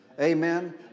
Amen